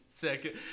second